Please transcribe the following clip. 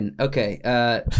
Okay